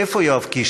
איפה יואב קיש?